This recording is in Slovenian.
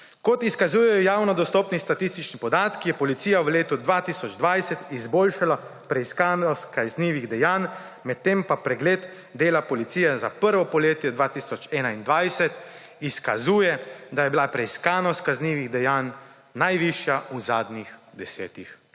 Kot izkazujejo javno dostopni statistični podatki, je policija v letu 2020 izboljšala preiskanost kaznivih dejanj, medtem pa pregled dela policije za prvo polletje 2021 izkazuje, da je bila preiskanost kaznivih dejanj najvišja v zadnjih desetih